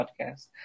podcast